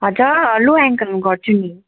हजुर लो एङ्कल गर्छु नि